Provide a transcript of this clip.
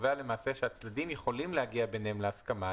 שקובע למעשה שהצדדים יכולים להגיע ביניהם להסכמה.